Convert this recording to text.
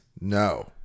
No